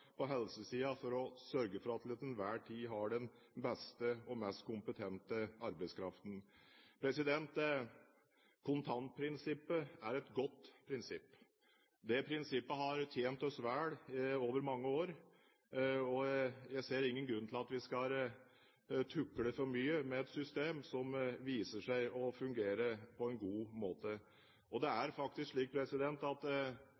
på helsesiden for å sørge for at en til enhver tid har den beste og mest kompetente arbeidskraften. Kontantprinsippet er et godt prinsipp. Det prinsippet har tjent oss vel over mange år, og jeg ser ingen grunn til at vi skal tukle for mye med et system som viser seg å fungere på en god måte. Det er faktisk slik at